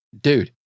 dude